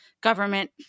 government